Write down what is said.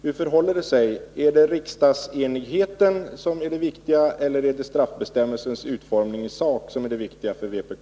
Hur förhåller det sig — är det riksdagsenigheten som är det viktiga eller är det straffbestämmelsens utformning i sak som är det viktiga för vpk?